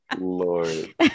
Lord